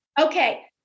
Okay